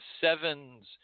sevens